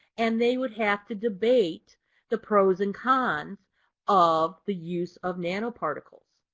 and they would have to debate the pros and cons of the use of nanoparticles.